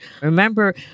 remember